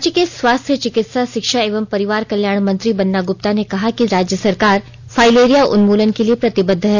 राज्य के स्वास्थ्य चिकित्सा शिक्षा एवं परिवार कल्याण मंत्री बन्ना गुप्ता ने कहा कि राज्य सरकार फाइलेरिया उन्मूलन के लिए प्रतिबद्ध है